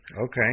okay